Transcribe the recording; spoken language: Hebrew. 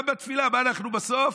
גם בתפילה, מה אנחנו בסוף,